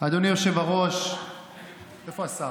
אדוני היושב-ראש, איפה השר?